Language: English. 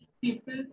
People